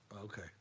Okay